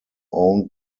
owned